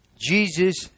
Jesus